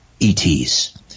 ETs